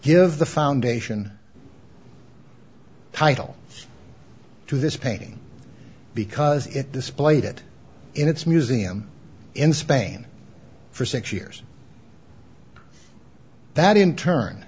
give the foundation title to this painting because it displayed it in its museum in spain for six years that in turn